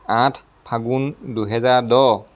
আঠ ফাগুন দুহেজাৰ দহ